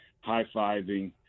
high-fiving